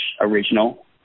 original